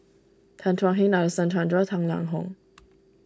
Tan Thuan Heng Nadasen Chandra and Tang Liang Hong